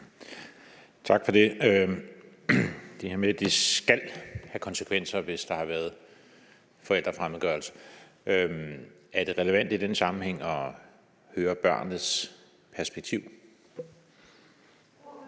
med det her med, at det skal have konsekvenser, hvis der har været forældrefremmedgørelse, relevant at høre børnenes perspektiv? Kl.